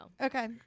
okay